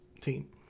team